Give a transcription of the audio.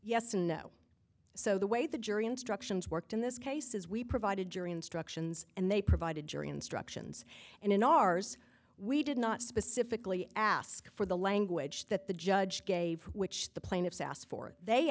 yes and no so the way the jury instructions worked in this case is we provide a jury instructions and they provide a jury instructions and in ours we did not specifically ask for the language that the judge gave which the plaintiffs asked for they